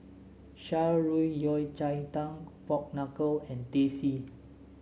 Shan Rui Yao Cai Tang Pork Knuckle and Teh C